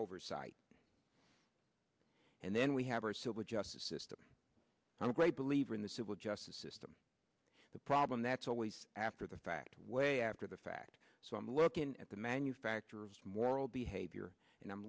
oversight and then we have our civil justice system and a great believer in the civil justice system the problem that's always after the fact way after the fact so i'm looking at the manufacturer's moral behavior and i'm